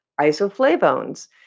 isoflavones